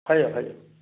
ꯍꯥꯏꯌꯨ ꯍꯥꯏꯌꯨ